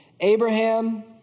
Abraham